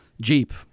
Jeep